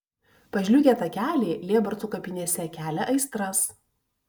pažliugę takeliai lėbartų kapinėse kelia aistras